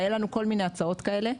והיו לנו כל מיני הצעות כאלה,